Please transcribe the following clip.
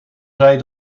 zei